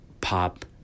pop